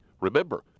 Remember